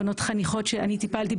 חניכות שאני טיפלתי,